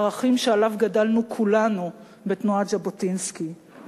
ערכים שעליהם גדלנו כולנו בתנועת ז'בוטינסקי,